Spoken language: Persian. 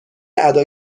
ادا